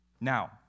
Now